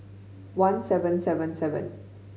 one seven seven seven